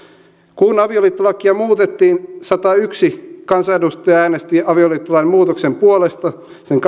kun avioliittolakia muutettiin satayksi kansanedustajaa äänesti avioliittolain muutoksen puolesta